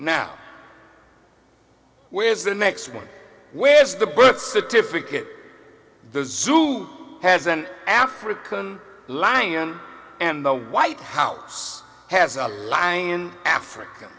now where is the next one where is the birth certificate the zoo has an african lion and the white house has a lying in africa